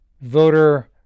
voter